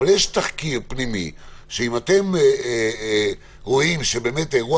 אבל יש תחקיר פנימי שאם אתם רואים שאירוע